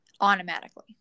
automatically